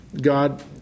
God